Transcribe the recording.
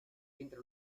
entre